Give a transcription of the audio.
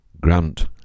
Grant